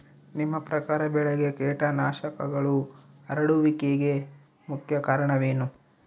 ನಿಮ್ಮ ಪ್ರಕಾರ ಬೆಳೆಗೆ ಕೇಟನಾಶಕಗಳು ಹರಡುವಿಕೆಗೆ ಮುಖ್ಯ ಕಾರಣ ಏನು?